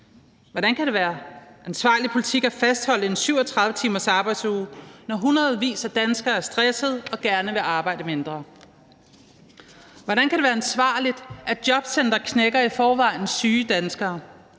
Hvordan kan det være ansvarlig politik at fastholde en 37-timersarbejdsuge, når hundredvis af danskere er stressede og gerne vil arbejde mindre? Hvordan kan det være ansvarligt, at jobcentre knækker i forvejen syge danskere?